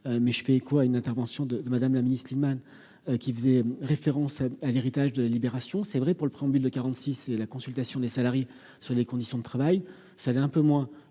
mais je fais quoi, une intervention de Madame la Ministre, Lyman qui faisait référence à l'héritage de la Libération, c'est vrai pour le préambule de 46 et la consultation des salariés, sur les conditions de travail, ça allait un peu moins